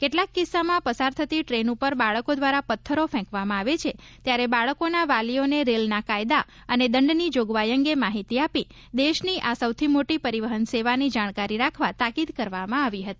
કેટલાક કિસ્સામાં પસાર થતી ટ્રેન ઉપર બાળકો દ્વારા પથ્થરો ફેંકવામાં આવે છે ત્યારે બાળકો ના વાલીઓ ને રેલ ના કાયદા અને દંડ ની જોગવાઈ અંગે માહિતી આપી દેશ ની આ સૌથી મોટી પરિવહન સેવા ની જાળવણી રાખવા તાકીદ કરવામાં આવી હતી